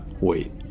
wait